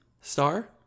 Star